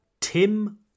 Tim